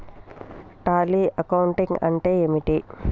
Tally accounting అంటే ఏమిటి?